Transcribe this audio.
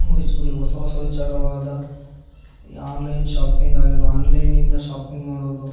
ಹೊಸ ಹೊಸ ವಿಚಾರವಾದ ಈ ಆನ್ಲೈನ್ ಶಾಪಿಂಗ್ ಆಗಿರು ಆನ್ಲೈನ್ನಿಂದ ಶಾಪಿಂಗ್ ಮಾಡೋದು